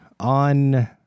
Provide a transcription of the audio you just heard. on